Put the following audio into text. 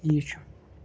یی چھُ